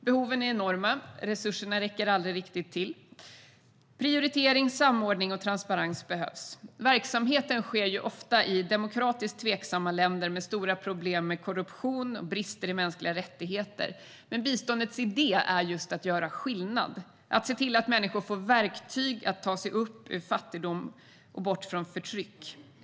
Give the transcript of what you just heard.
Behoven är enorma, och resurserna räcker aldrig riktigt till. Prioritering, samordning och transparens behövs. Verksamheten sker ofta i demokratiskt tveksamma länder med stora problem med korruption och brister i mänskliga rättigheter. Biståndets idé är just att göra skillnad. Det gäller att se till att människor får verktyg att ta sig upp ur fattigdom och bort från förtryck.